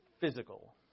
physical